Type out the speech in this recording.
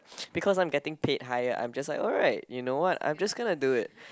because I'm getting paid higher I'm just like alright you know what I'm just gonna do it